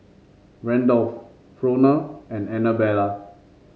Randolf Frona and Anabella